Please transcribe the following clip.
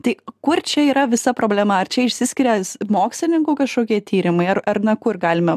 tai kur čia yra visa problema ar čia išsiskiria mokslininkų kažkokie tyrimai ar ar na kur galime